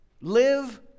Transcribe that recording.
Live